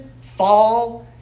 fall